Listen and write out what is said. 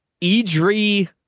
Idri